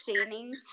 training